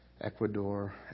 Ecuador